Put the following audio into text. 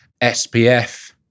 SPF